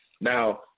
Now